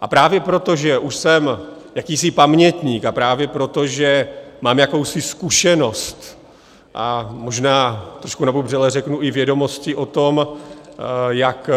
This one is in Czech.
A právě proto, že už jsem jakýsi pamětník, a právě proto, že mám jakousi zkušenost, a možná trošku nabubřele řeknu i vědomosti o tom, jak